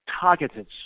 targeted